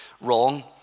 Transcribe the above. wrong